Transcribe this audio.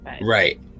Right